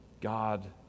God